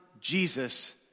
Jesus